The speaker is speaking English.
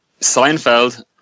Seinfeld